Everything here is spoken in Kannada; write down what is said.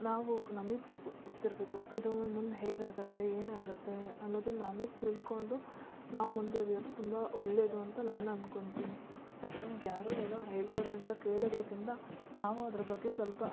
ನಾವು ನಮಿಗೆ ಗೊತ್ತಿರಬೇಕು ಇದು ಮುಂದೆ ಹೇಗಾಗುತ್ತೆ ಏನಾಗುತ್ತೆ ಅನ್ನೋದನ್ನು ನಾವೆ ತಿಳಕೊಂಡು ನಾವು ಮುಂದುವರಿಯೋದು ತುಂಬ ಒಳ್ಳೇದು ಅಂತ ನಾನು ಅಂದ್ಕೊಂತಿನಿ ನಮ್ಗೆ ಯಾರೋ ಏನೋ ಹೇಳ್ತಾರೆ ಅಂತ ಕೇಳೋದ್ರಕಿಂತ ನಾವು ಅದ್ರ ಬಗ್ಗೆ ಸ್ವಲ್ಪ